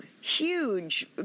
huge